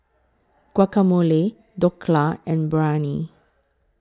Guacamole Dhokla and Biryani